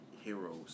heroes